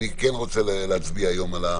ואני כן רוצה להצביע היום.